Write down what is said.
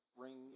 ring